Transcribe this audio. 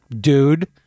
Dude